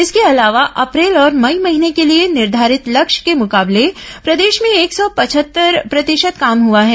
इसके अलावा अप्रैल और मई महीने के लिए निर्घारित लक्ष्य के मुकाबले प्रदेश में एक सौ पचहत्तर प्रतिशत काम हुआ है